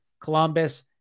Columbus